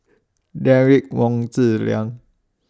Derek Wong Zi Liang